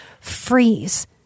freeze